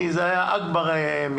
כי זה היה אַכְּבָּר מקלט.